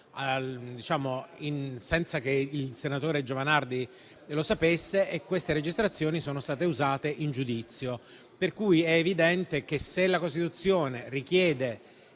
senza che il senatore Giovanardi lo sapesse, e queste registrazioni sono state usate in giudizio. È evidente che se la Costituzione richiede